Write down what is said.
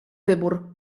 wybór